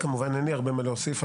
אין הרבה מה להוסיף,